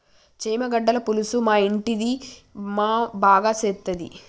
చామగడ్డల పులుసు మా ఇంటిది మా బాగా సేత్తది